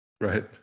Right